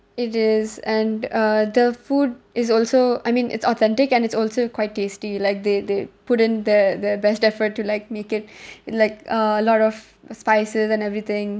it is and uh the food is also I mean it's authentic and it's also quite tasty like they they put in their their best effort to like make it like a lot of the spices and everything